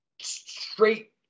straight